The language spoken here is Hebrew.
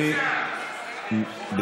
אני עם שתי ידיים, שתי רגליים, נמצא.